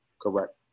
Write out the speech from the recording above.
Correct